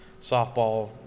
softball